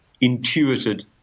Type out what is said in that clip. intuited